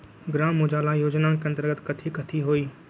ग्राम उजाला योजना के अंतर्गत कथी कथी होई?